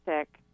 sick